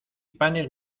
panes